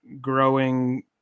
growing